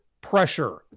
pressure